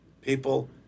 people